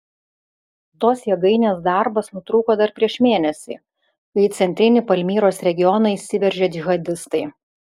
tos jėgainės darbas nutrūko dar prieš mėnesį kai į centrinį palmyros regioną įsiveržė džihadistai